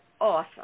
awesome